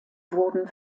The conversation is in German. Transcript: wurden